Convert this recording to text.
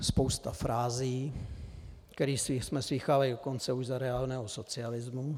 Spousta frází, které jsme slýchali dokonce už za reálného socialismu.